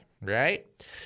right